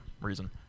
reason